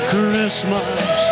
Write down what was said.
Christmas